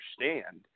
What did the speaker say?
understand